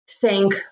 thank